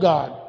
God